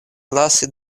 lasi